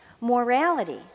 morality